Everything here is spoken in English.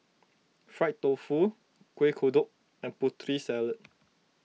Fried Tofu Kueh Kodok and Putri Salad